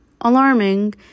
alarming